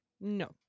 no